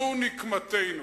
זו נקמתנו.